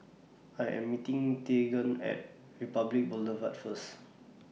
I Am meeting Teagan At Republic Boulevard First